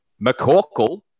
McCorkle